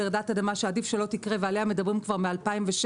לרעידת אדמה שעדיף שלא תקרה ועליה מדברים כבר מ-2007,